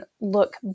look